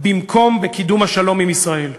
במקום בקידום השלום עם ישראל.